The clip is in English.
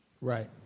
Right